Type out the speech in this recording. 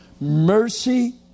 Mercy